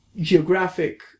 geographic